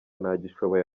ntagishoboye